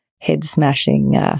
head-smashing